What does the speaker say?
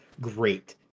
great